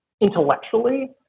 intellectually